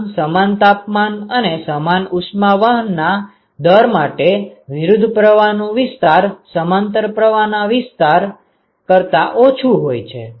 આમ સમાન તાપમાન અને સમાન ઉષ્મા વહનના દર માટે વિરુદ્ધ પ્રવાહનું વિસ્તાર સમાંતર પ્રવાહના વિસ્તાર કરતાં ઓછું હોય છે